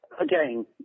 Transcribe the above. again